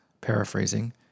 paraphrasing